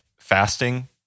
fasting